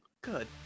good